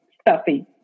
stuffy